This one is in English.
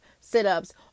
sit-ups